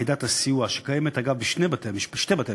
יחידת הסיוע קיימת, אגב, בשני בתי-המשפט.